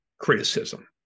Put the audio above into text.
criticism